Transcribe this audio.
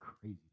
crazy